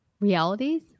realities